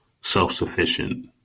self-sufficient